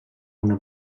una